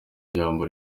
ijambo